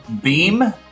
Beam